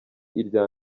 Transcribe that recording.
irya